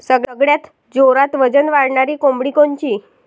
सगळ्यात जोरात वजन वाढणारी कोंबडी कोनची?